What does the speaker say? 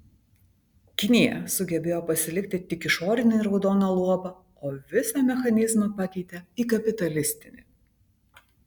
kinija sugebėjo pasilikti tik išorinį raudoną luobą o visą mechanizmą pakeitė į kapitalistinį